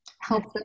helps